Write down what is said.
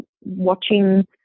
watching